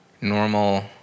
normal